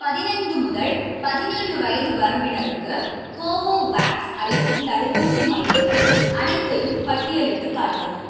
பதினைந்து முதல் பதினேழு வயது வரம்பினருக்கு கோவோவேக்ஸ் அளிக்கும் தடுப்பூசி மையங்கள் அனைத்தையும் பட்டியலிட்டுக் காட்டவும்